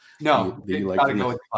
no